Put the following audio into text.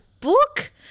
book